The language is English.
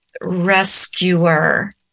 rescuer